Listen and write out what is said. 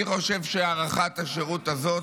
אני חושב שהארכת השירות הזאת,